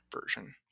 version